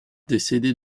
décédé